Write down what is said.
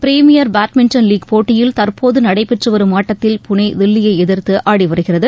premier badminton league போட்டியில் தற்போது நடைபெற்று வரும் ஆட்டத்தில் புனே தில்லியை எதிர்த்து ஆடி வருகிறது